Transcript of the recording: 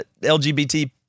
LGBT